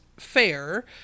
fair